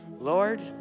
Lord